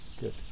Good